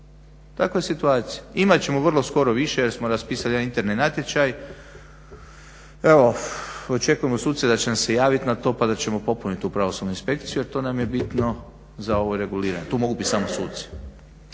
Takva je situacija, imat ćemo vrlo skoro više jer smo raspisali jedan interni natječaj. Evo očekujemo sudce da će nam se javiti na to pa da ćemo popuniti tu pravosudnu inspekciju, jer to nam je bitno za ovo reguliranje. Tu mogu biti samo suci.